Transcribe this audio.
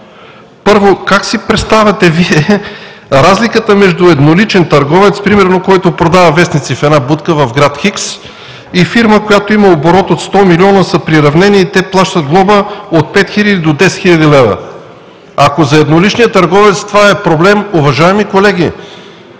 Първо, как си представяте Вие разликата между едноличен търговец, който примерно продава вестници в една будка в град Х, и фирма, която има оборот от сто милиона, да са приравнени и да плащат глоба от 5000 до 10 000 лв.? Ако за едноличния търговец това е проблем, уважаеми колеги,